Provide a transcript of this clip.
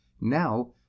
Now